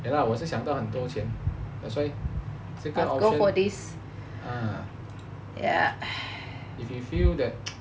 ya lah 我是想很多钱 that's why second option ya if you feel that